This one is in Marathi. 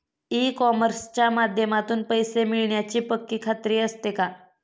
ई कॉमर्सच्या माध्यमातून पैसे मिळण्याची पक्की खात्री असते का?